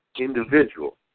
individual